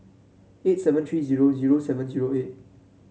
eight seven three zero zero seven zero eight